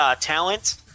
talent